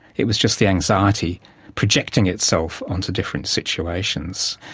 it was just the anxiety projecting itself onto different situations,